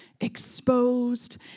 exposed